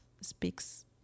speaks